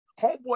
homeboy